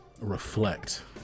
reflect